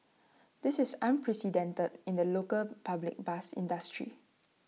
this is unprecedented in the local public bus industry